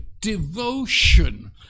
devotion